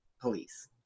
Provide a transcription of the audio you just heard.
police